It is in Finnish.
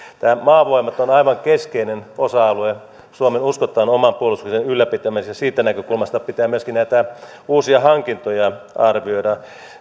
tämä maavoimat on aivan keskeinen osa alue suomen uskottavan oman puolustuksen ylläpitämiseksi ja siitä näkökulmasta pitää myöskin näitä uusia hankintoja arvioida